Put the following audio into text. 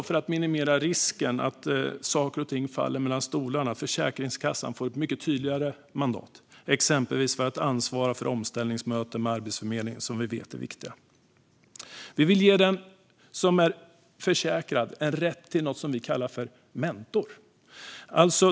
För att minimera risken för att saker och ting faller mellan stolarna vill vi också att Försäkringskassan får ett mycket tydligare mandat, exempelvis för att ansvara för omställningsmöten med Arbetsförmedlingen, som vi vet är viktiga. Vi vill ge den försäkrade rätt till något vi kallar en mentor.